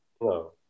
no